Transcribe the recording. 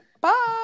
Bye